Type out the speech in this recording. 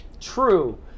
True